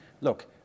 Look